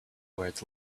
words